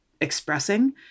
expressing